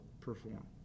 perform